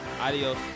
Adios